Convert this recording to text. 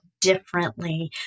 differently